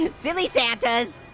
and silly santas.